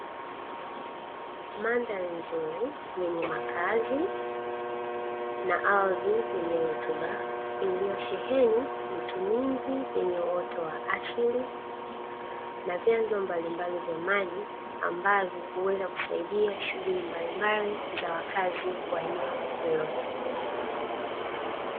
Madhari nzuri yenye makazi na ardhi yenye rutuba, iliyosheheni miti mingi yenye uoto wa asili na vyanzo mbalimbali vya maji, ambavyo huweza kusaidia shunghuli za mbalimbali za wakazi wa eneo hilo .